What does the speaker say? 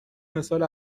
مثال